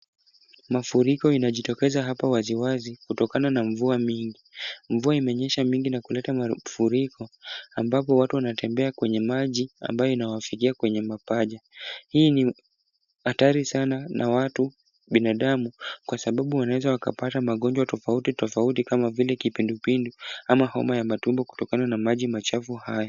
Mafuriko inajitokeza hapa waziwazi, kutokana na mvua nyingi. Mvua imeonyesha mingi na kuleta mafuriko, ambapo watu wanatembea kwenye maji ambayo inawafikia kwenye mapaja. Hii ni hatari sana na watu binadamu kwa sababu wanaweza wakapata magonjwa tofauti tofauti kama vile kipindupindu ama homa ya matumbo kutokana na maji machafu haya.